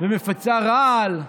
ומפיצה רעל.